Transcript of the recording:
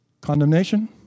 condemnation